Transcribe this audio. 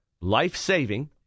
life-saving